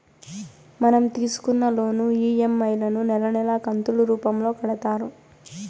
మనం తీసుకున్న loan EMI లను నెలా నెలా కంతులు రూపంలో కడతారు